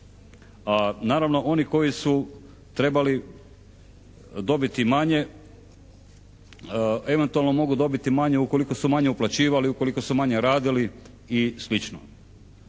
a naravno oni koji su trebali dobiti manje eventualno mogu dobiti manje ukoliko su manje uplaćivali, ukoliko su manje radili i